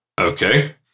okay